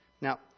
Now